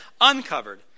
uncovered